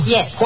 Yes